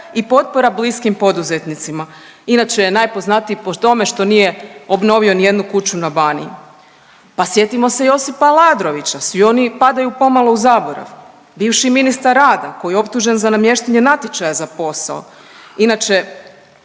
i potpora bliskim poduzetnicima. Inače je najpoznatiji po tome što nije obnovio nijednu kuću na Baniji. Pa sjetimo se Josipa Aladrovića, svi oni padaju pomalo u zaborav, bivši ministar rada koji je optužen za namještanje natječaja za posao. Inače